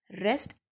rest